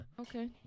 Okay